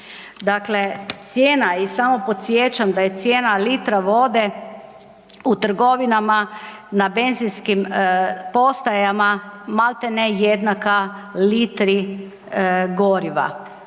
Dakle, cijena i samo podsjećam da je cijena litra vode u trgovinama, na benzinskim postajama maltene jednaka litri goriva.